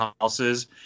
houses